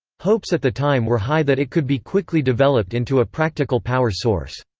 hopes at the time were high that it could be quickly developed into a practical power source.